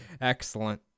Excellent